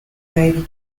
navy